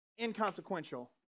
inconsequential